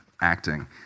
acting